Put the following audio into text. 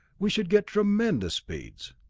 we should get tremendous speeds.